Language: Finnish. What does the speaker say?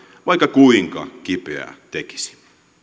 vaikka kuinka kipeää tekisi